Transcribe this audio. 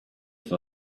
for